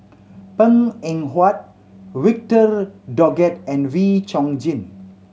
Png Eng Huat Victor Doggett and Wee Chong Jin